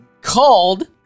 called